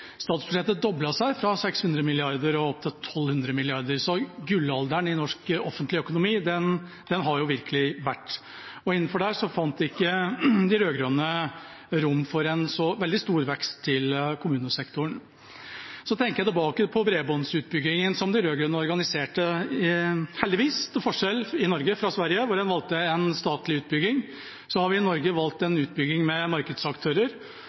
statsbudsjettet ble doblet, fra 600 mrd. kr til 1 200 mrd. kr. Gullalderen i norsk offentlig økonomi har virkelig vært. Innenfor det tidsrommet fant ikke de rød-grønne rom for en veldig stor vekst til kommunesektoren. Så tenker jeg tilbake på bredbåndsutbyggingen som de rød-grønne organiserte. Til forskjell fra i Sverige, hvor en valgte en statlig utbygging, har vi heldigvis i Norge valgt en utbygging med markedsaktører,